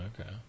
Okay